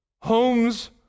Homes